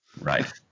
right